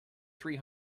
three